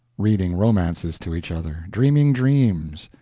reading romances to each other, dreaming dreams,